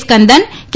સ્કંદન કે